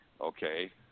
okay